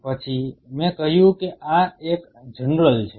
પછી મેં કહ્યું કે આ એક જનરલ છે